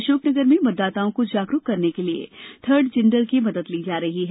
अशोकनगर में मतदाताओं को ्र जागरुक करने के लिए थर्ड जेण्डर की मदद ली जा रही है